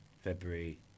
February